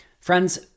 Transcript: Friends